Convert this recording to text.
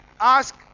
ask